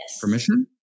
Permission